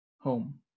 home